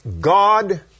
God